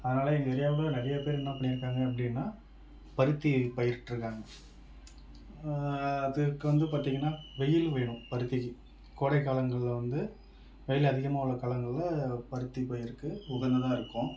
அதனால் எங்கள் ஏரியாவில் நிறைய பேர் என்ன பண்ணியிருக்காங்க அப்படின்னா பருத்தி பயிரிட்டிருக்காங்க அதுக்கு வந்து பார்த்திங்கன்னா வெயில் வேணும் பருத்திக்கு கோடை காலங்கள்ல வந்து வெயில் அதிகமாக உள்ள காலங்கள்ல பருத்தி பயிருக்கு உகந்ததாக இருக்கும்